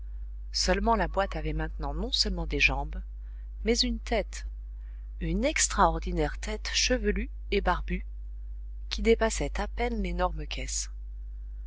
seulement la boîte avait maintenant non seulement des jambes mais une tête une extraordinaire tête chevelue et barbue qui dépassait à peine l'énorme caisse